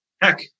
Heck